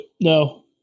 no